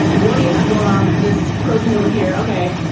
what do you have going on for this protein over here? okay.